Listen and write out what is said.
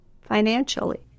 financially